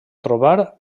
trobar